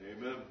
Amen